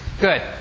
Good